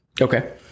okay